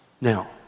Now